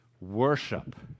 worship